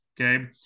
okay